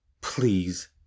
please